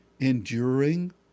enduring